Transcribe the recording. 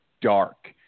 dark